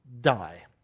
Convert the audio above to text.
die